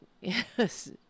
Yes